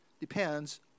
depends